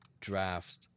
draft